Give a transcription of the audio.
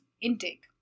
intake